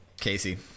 Casey